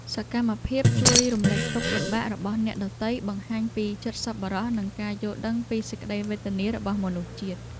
សកម្មភាពជួយរំលែកទុក្ខលំបាករបស់អ្នកដទៃ បង្ហាញពីចិត្តសប្បុរសនិងការយល់ដឹងពីសេចក្តីវេទនារបស់មនុស្សជាតិ។